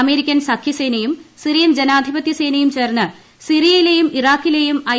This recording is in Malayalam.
അമേരിക്കൻ സഖ്യസേനയും സിറിയൻ ജനാധിപത്യ സേനയും ചേർന്ന് സിറിയയിലെയും ഇറാഖിലെയും ഐ